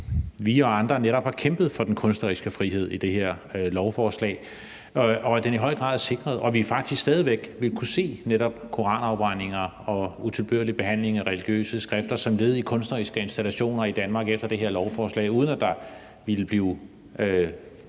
vi og andre netop har kæmpet for den kunstneriske frihed i det her lovforslag, at den i høj grad er sikret, og at vi faktisk stadig væk vil kunne se netop koranafbrændinger og utilbørlig behandling af religiøse skrifter som led i kunstneriske installationer i Danmark med det her lovforslag, uden at der vil blive afsagt